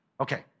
Okay